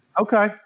Okay